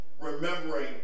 remembering